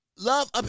love